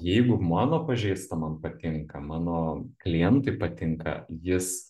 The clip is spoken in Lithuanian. jeigu mano pažįstamam patinka mano klientui patinka jis